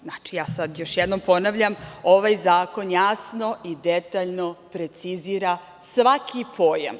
Znači, još jednom ponavljam, ovaj zakon jasno i detaljno precizira svaki pojam.